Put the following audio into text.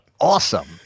awesome